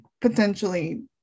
potentially